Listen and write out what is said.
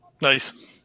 Nice